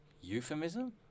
euphemism